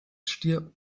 stier